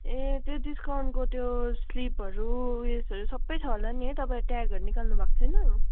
ए त्यो डिस्काउन्टको त्यो स्लिपहरू उयसहरू सबै छ होला नि है तपाईँ ट्यागहरू निकाल्नु भएको छैन